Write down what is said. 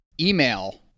email